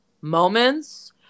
moments